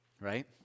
right